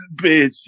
bitch